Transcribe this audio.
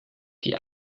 die